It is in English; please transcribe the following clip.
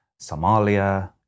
Somalia